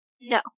No